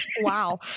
Wow